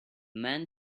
man